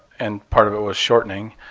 and part of it was shortening.